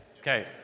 Okay